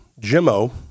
Jimmo